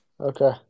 Okay